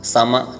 Sama